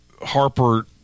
Harper